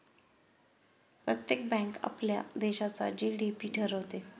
प्रत्येक बँक आपल्या देशाचा जी.डी.पी ठरवते